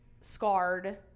scarred